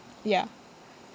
ya